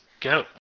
go